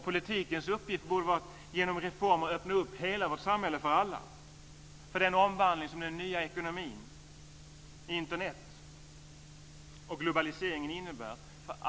Politikens uppgift borde vara att genom reformer öppna hela vårt samhälle för alla, för den omvandling som den nya ekonomin, Internet och globaliseringen innebär.